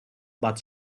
but